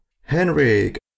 Henrik